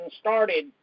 started